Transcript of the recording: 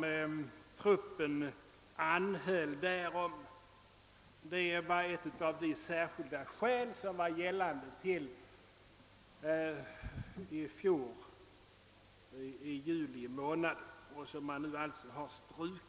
därest truppen anhöll därom. Det var ett av de särskilda skäl som tidigare kunde åberopas men som ströks i juli månad i fjol.